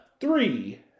three